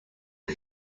est